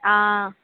ஆ